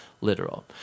literal